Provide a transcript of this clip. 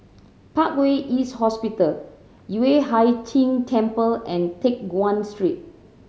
Parkway East Hospital Yueh Hai Ching Temple and Teck Guan Street